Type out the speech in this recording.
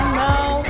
now